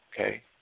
Okay